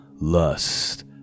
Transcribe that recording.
lust